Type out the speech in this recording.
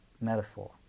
metaphor